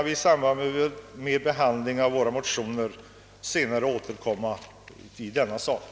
I samband med behandlingen av våra motioner skall vi återkomma till denna sak.